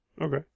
okay